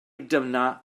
dyna